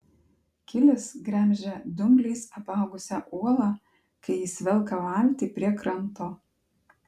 kilis gremžia dumbliais apaugusią uolą kai jis velka valtį prie kranto